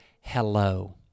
hello